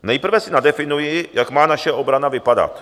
Nejprve si nadefinuji, jak má naše obrana vypadat.